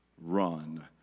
run